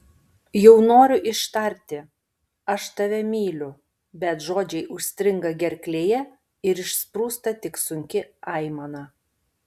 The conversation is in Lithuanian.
jau noriu ištarti aš tave myliu bet žodžiai užstringa gerklėje ir išsprūsta tik sunki aimana